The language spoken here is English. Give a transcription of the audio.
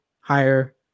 higher